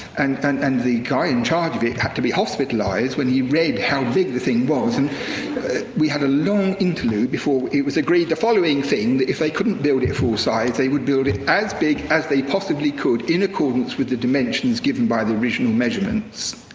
and and and the guy in charge of it had to be hospitalized when he read how big the thing was. and we had a long interlude before it was agreed the following thing if they couldn't build it full size, they would build it as big as they possibly could in accordance with the dimensions given by the original measurements.